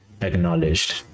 acknowledged